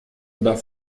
oder